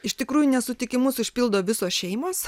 iš tikrųjų nesutikimus užpildo visos šeimos